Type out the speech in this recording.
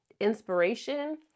inspiration